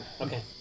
Okay